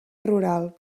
rural